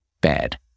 bad